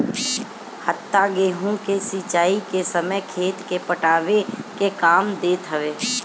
हत्था गेंहू के सिंचाई के समय खेत के पटावे के काम देत हवे